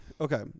Okay